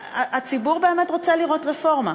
הציבור באמת רוצה לראות רפורמה.